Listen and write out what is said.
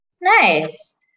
Nice